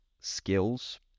skills